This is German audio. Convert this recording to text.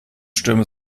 stürme